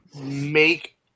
make